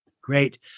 Great